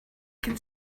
can